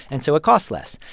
and so it costs less.